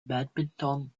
badminton